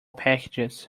packages